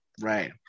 right